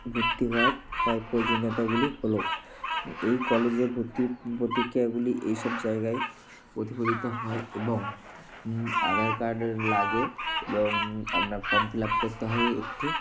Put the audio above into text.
ভত্তি হোয়ার পয় পয়োজনিয়তাগুলি হল এই কলেজে ভর্তি প্রতিকিয়াগুলি এই সব জায়গায় প্রতিফলিত হয় এবং আধার কার্ডের লাগে এবং আপনার ফর্ম ফিলাপ করতে হয় একটি